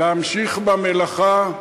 להמשיך במלאכה,